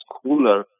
cooler